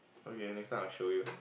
okay next time I will show you